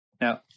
Now